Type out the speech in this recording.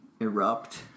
erupt